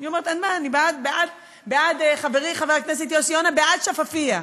אני בעד, חברי חבר הכנסת יוסי יונה, בעד שפאפיה,